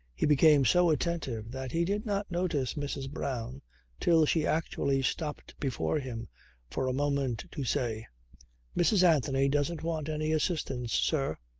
he became so attentive that he did not notice mrs. brown till she actually stopped before him for a moment to say mrs. anthony doesn't want any assistance, sir.